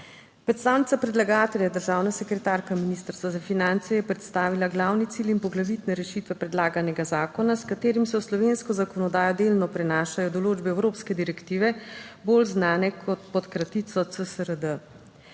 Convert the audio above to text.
Predstavnica predlagatelja državna sekretarka Ministrstva za finance je predstavila glavni cilj in poglavitne rešitve predlaganega zakona, s katerim se v slovensko zakonodajo delno prenašajo določbe evropske direktive, bolj znane pod kratico CSRD.